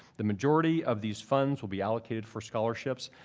the majority of these funds will be allocated for scholarships.